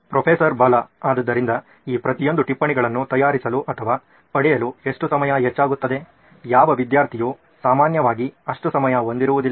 professor Bala ಆದ್ದರಿಂದ ಈ ಪ್ರತಿಯೊಂದು ಟಿಪ್ಪಣಿಗಳನ್ನು ತಯಾರಿಸಲು ಅಥವಾ ಪಡೆಯಲು ಎಷ್ಟು ಸಮಯ ಹೆಚ್ಚಾಗುತ್ತದೆ ಯಾವ ವಿದ್ಯಾರ್ಥಿಯು ಸಾಮಾನ್ಯವಾಗಿ ಅಷ್ಟು ಸಮಯ ಹೊಂದಿರುವುದಿಲ್ಲ